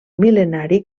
mil·lenari